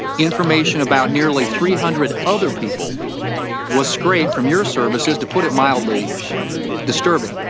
information about nearly three hundred other people was strayed from your services to put it mildly disturbing.